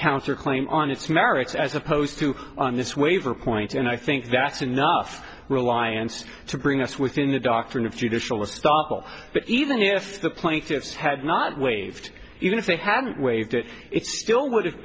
counter claim on its merits as opposed to on this waiver point and i think that's enough reliance to bring us within the doctrine of judicial stoppel but even if the plaintiffs had not waived even if they hadn't waived it it still would have